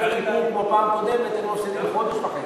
כמו בפעם הקודמת, היינו מפסידים חודש וחצי.